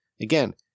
Again